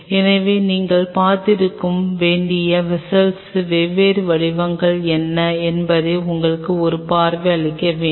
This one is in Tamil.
எனவே நீங்கள் பார்த்திருக்க வேண்டிய வெஸ்ஸல்களின் வெவ்வேறு வடிவங்கள் என்ன என்பதை உங்களுக்கு ஒரு பார்வை அளிக்க வேண்டும்